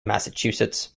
massachusetts